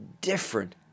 different